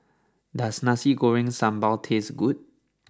does Nasi Goreng Sambal taste good